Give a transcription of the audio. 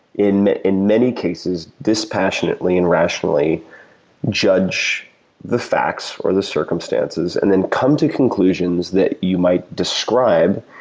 in in many cases, dispassionately and rationally judge the facts or the circumstances and then come to conclusions that you might describe,